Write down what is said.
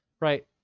right